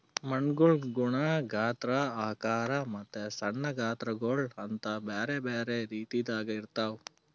ಮಣ್ಣುಗೊಳ್ ಗುಣ, ಗಾತ್ರ, ಆಕಾರ ಮತ್ತ ಸಣ್ಣ ಗಾತ್ರಗೊಳ್ ಅಂತ್ ಬ್ಯಾರೆ ಬ್ಯಾರೆ ರೀತಿದಾಗ್ ಇರ್ತಾವ್